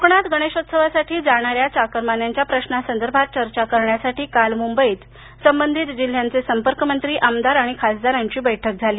कोकणात गणेशोत्सवासाठी जाणाऱ्या चाकरमान्यांच्या प्रश्नांसंदर्भात चर्चा करण्यासाठी काल मुंबईत संबधित संपर्कमंत्री आमदार आणि खासदारांची बैठक झाली